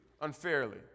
unfairly